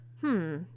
Hmm